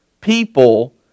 people